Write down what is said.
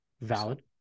Valid